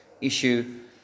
issue